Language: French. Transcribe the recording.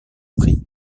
prix